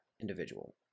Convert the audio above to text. individual